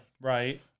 Right